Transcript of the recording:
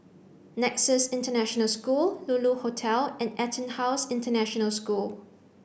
nexus International School Lulu Hotel and EtonHouse International School